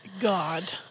God